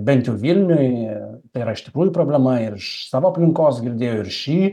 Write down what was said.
bent jau vilniuj tai yra iš tikrųjų problema ir iš savo aplinkos girdėjau ir šį